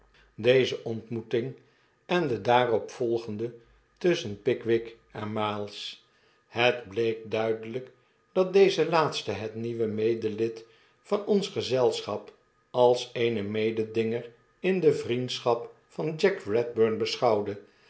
deze ontmoeting en de daarop volgende tusschen pickwick en miles het bleek duidelijk dat deze laatste het nieuwe medelid van ons gezelschap als eenen mededinger in de vriendschap van jack redburn beschouwde